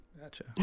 Gotcha